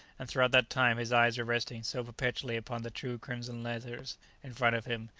and throughout that time his eyes were resting so perpetually upon the two crimson letters in front of him,